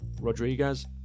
Rodriguez